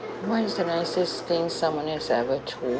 what is the nicest thing someone has ever do